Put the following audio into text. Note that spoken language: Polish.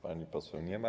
Pani poseł nie ma.